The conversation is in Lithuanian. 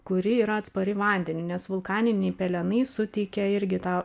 kuri yra atspari vandeniui nes vulkaniniai pelenai suteikia irgi tą